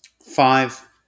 five